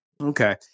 Okay